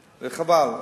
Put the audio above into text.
וחבל.